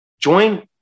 Join